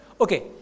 Okay